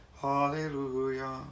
Hallelujah